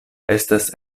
estas